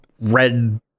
red